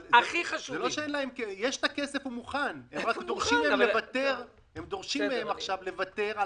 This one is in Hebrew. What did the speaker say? יש את הכסף מוכן אבל רק דורשים מהם עכשיו לוותר על